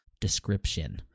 description